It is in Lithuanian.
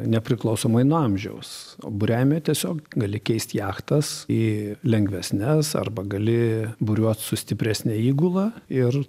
nepriklausomai nuo amžiaus o buriavime tiesiog gali keist jachtas į lengvesnes arba gali buriuot su stipresne įgula ir